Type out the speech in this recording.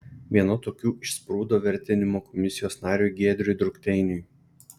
viena tokių išsprūdo vertinimo komisijos nariui giedriui drukteiniui